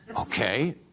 Okay